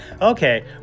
Okay